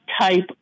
type